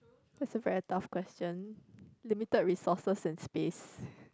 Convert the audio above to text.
that's a very tough question limited resources and space